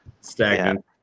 Stagnant